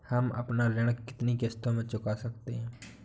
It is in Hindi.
हम अपना ऋण कितनी किश्तों में चुका सकते हैं?